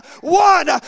one